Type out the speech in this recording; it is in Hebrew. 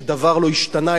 שדבר לא השתנה,